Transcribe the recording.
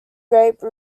grape